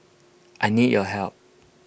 I need your help